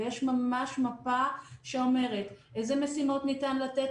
ויש ממש מפה שאומרת אילו משימות ניתן לתת